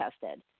tested